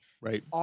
Right